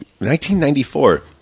1994